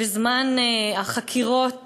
בזמן החקירות שלו.